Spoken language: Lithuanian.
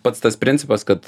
pats tas principas kad